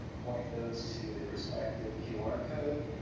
point those to the respective qr code,